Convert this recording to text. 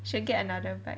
should get another bike